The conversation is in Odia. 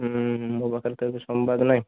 ହୁଁ ମୋ ପାଖରେ ତ ଏବେ ସମ୍ବାଦ ନାହିଁ